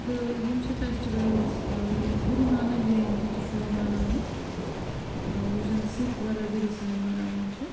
تہٕ یِم چھ فیٚسٹِولٕز ٲں یِم گروٗ نانَک جَیینتی تہِ چھُ یِوان مناونہٕ ٲں یُس زَن سِکھ برادٔری سٲنۍ مَناوان چھِ